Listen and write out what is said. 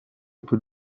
peut